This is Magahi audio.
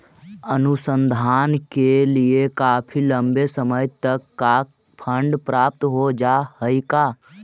अनुसंधान के लिए काफी लंबे समय तक का फंड प्राप्त हो जा हई का